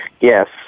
Yes